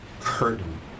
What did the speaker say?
curtain